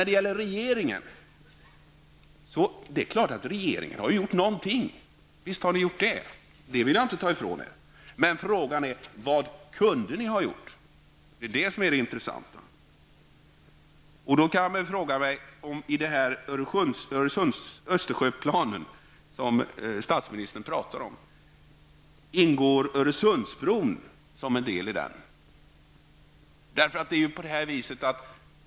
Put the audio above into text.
Det är klart att regeringen har gjort en del. Visst, det vill jag inte ta ifrån er. Men frågan är vad ni kunde ha gjort. Det är det som är det intressanta. Jag frågar mig då om Öresundsbron ingår som en del i den Östersjöplan som statsministern talar om.